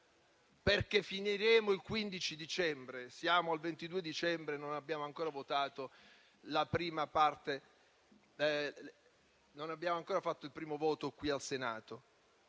dovuto finire il 15 dicembre. Siamo al 22 dicembre, non abbiamo ancora fatto il primo voto qui al Senato.